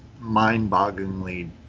mind-bogglingly